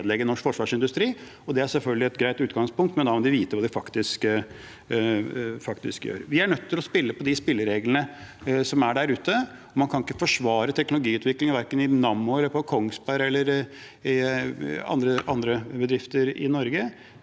Det er selvfølgelig et greit utgangspunkt, men da må man vite hva man faktisk gjør. Vi er nødt til spille etter de spillereglene som gjelder der ute. Man kan ikke forsvare teknologiutvikling, verken i Nammo, på Kongsberg eller i andre bedrifter i Norge,